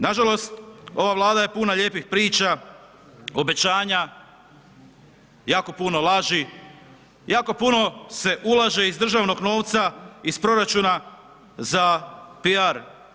Nažalost, ova Vlada je puna lijepih priča, obećanja, jako puno laži, jako puno se ulaže iz državnog novca, iz proračuna za PR.